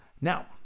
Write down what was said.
Now